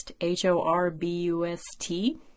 H-O-R-B-U-S-T